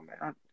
man